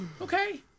okay